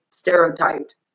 stereotyped